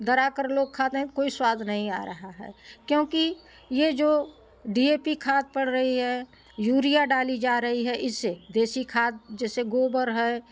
धरा कर लोग खाते हैं कोई स्वाद नहीं आ रहा है क्योंकि ये जो डी ए पी खाद पड़ रही है यूरिया डाली जा रही है इससे देशी खाद जैसे गोबर है